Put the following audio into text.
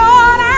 Lord